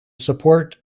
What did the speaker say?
support